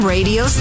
Radio